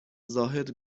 زاهد